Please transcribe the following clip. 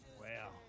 wow